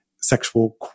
sexual